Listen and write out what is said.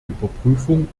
überprüfung